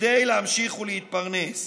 כדי להמשיך להתפרנס.